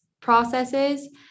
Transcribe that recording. processes